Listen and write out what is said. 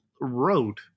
wrote